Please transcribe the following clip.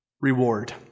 Reward